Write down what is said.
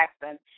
Jackson